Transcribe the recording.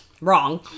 Wrong